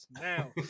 now